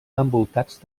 envoltats